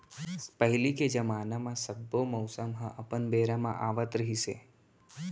पहिली के जमाना म सब्बो मउसम ह अपन बेरा म आवत रिहिस हे